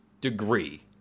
degree